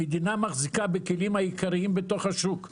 המדינה מחזיקה בכלים העיקריים בתוך השוק,